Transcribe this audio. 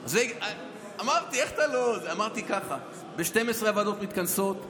אמרתי ככה: ב-12:00 הוועדות מתכנסות,